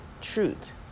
truth